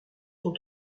sont